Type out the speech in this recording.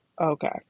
Okay